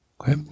okay